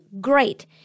Great